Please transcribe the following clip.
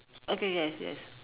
okay yes yes